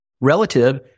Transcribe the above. relative